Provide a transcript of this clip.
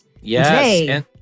Yes